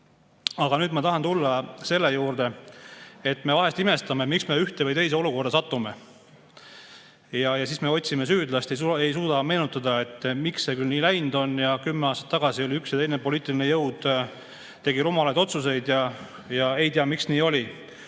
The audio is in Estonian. Aga nüüd ma tahan tulla selle juurde, et me vahel imestame, miks me ühte või teise olukorda satume. Ja siis me otsime süüdlast, ei suuda meenutada, miks see nii läinud on. Näiteks kümme aastat tagasi oli üks või teine poliitiline jõud, tegi rumalaid otsuseid, aga ei tea, miks nii oli.